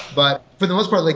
but for the most part, like